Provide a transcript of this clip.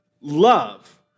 love